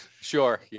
sure